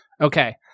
Okay